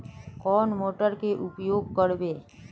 कौन मोटर के उपयोग करवे?